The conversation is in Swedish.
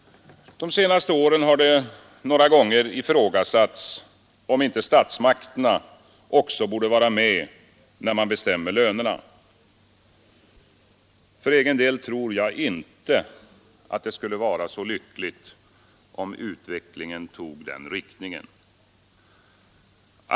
De senaste åren har det några gånger ifrågasatts, om inte statsmakterna också borde vara med när man bestämmer lönerna. För egen del tror jag inte att det skulle vara så lyckligt om utvecklingen tog den riktningen.